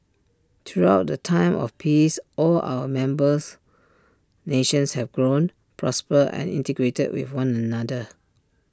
throughout the time of peace all our members nations have grown prospered and integrated with one another